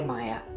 Maya